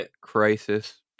Crisis